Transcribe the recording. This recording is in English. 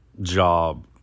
job